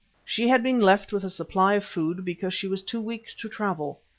she had been left with a supply of food because she was too weak to travel.